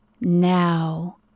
now